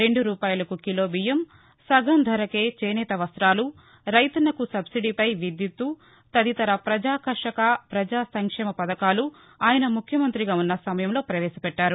రెండు రూపాయలకు కిలోబియ్యం సగం ధరకే చేనేత వస్తాలు రైతన్నకు సబ్సిదీపై విద్యుత్ తదితర ప్రజాకర్షక ప్రజాసంక్షేమ పథకాలు ఆయన ముఖ్యమంత్రిగా ఉన్న సమయంలో పవేశపెట్టారు